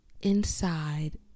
inside